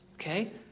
Okay